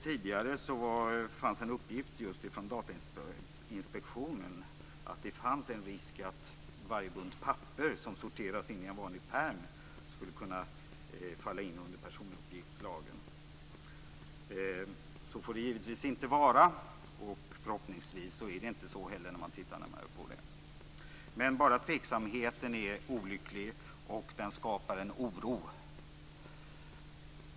Tidigare fanns en uppgift från Datainspektionen att det fanns en risk att varje bunt papper som sorteras in i en vanlig pärm skulle kunna falla in under personuppgiftslagen. Så får det givetvis inte vara. Förhoppningsvis är det inte heller så när man tittar närmare på frågan. Men bara tveksamheten är olycklig, och den skapar en oro.